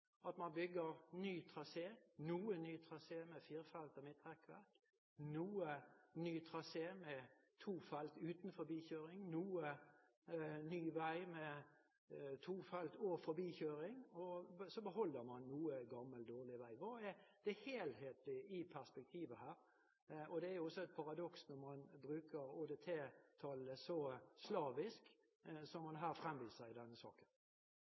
at man bygger ny trasé, noe ny trasé med fire felt og midtrekkverk, noe ny trasé med to felt uten forbikjøring, noe ny vei med to felt og forbikjøring, og så beholder man noe gammel, dårlig vei. Hva er det helhetlige perspektivet her? Det er også et paradoks at man bruker ÅDT-tallene så slavisk som man fremviser i denne saken.